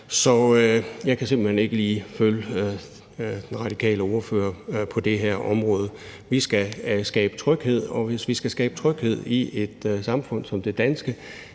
så jeg kan simpelt hen ikke lige følge den radikale ordfører på det her område. Vi skal skabe tryghed, og hvis vi skal skabe tryghed i et samfund som det danske,